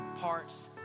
parts